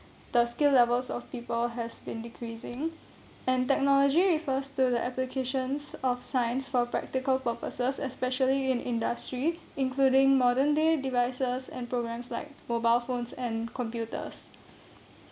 the skill levels of people has been decreasing and technology refers to the applications of science for practical purposes especially in industry including modern day devices and programs like mobile phones and computers